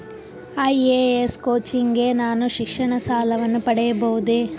IAS coaching ಗೆ ನಾನು ಶಿಕ್ಷಣ ಸಾಲವನ್ನು ಪಡೆಯಬಹುದೇ?